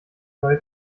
neue